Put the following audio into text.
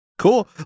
cool